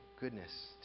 goodness